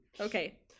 Okay